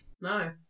No